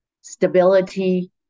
stability